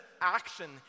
action